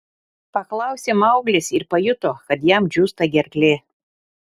paklausė mauglis ir pajuto kad jam džiūsta gerklė